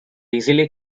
easily